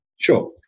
Sure